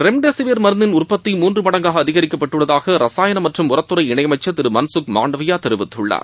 remdesivir மருந்தின் உற்பத்தி மூன்று மடங்காக அதிகரிக்கப்பட்டுள்ளதாக ரசாயனம் மற்றும் உரத்துறை இணையமைச்சர் திரு மன்சூக் மாண்டவியா தெரிவித்துள்ளார்